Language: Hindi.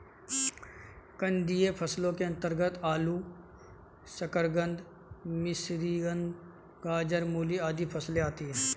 कंदीय फसलों के अंतर्गत आलू, शकरकंद, मिश्रीकंद, गाजर, मूली आदि फसलें आती हैं